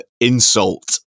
insult